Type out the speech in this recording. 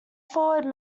forward